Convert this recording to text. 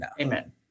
Amen